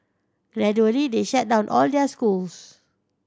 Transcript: gradually they shut down all their schools